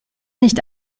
nicht